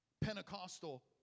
Pentecostal